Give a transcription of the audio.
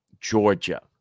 Georgia